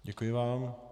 Děkuji vám.